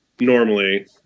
normally